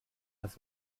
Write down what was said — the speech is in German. das